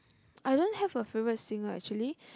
I don't have a favourite singer actually